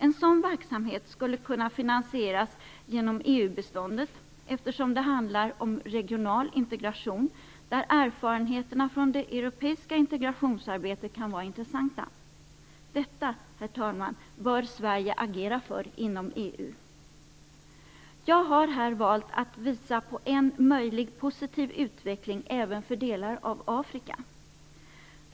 En sådan verksamhet skulle kunna finansieras genom EU-biståndet, eftersom det handlar om regional integration där erfarenheterna från det europeiska integrationsarbetet kan vara intressanta. Detta, herr talman, bör Sverige agera för inom EU. Jag har här valt att visa på en möjlig positiv utveckling även för delar av Afrika.